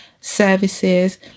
services